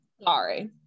Sorry